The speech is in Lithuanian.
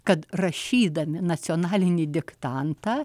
kad rašydami nacionalinį diktantą